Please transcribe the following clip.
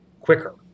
quicker